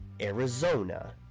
Arizona